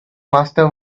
master